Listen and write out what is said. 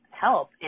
help